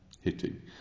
hitting